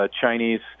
Chinese